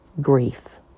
grief